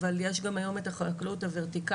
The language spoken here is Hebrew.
אבל יש גם היום את החקלאות הורטיקלית,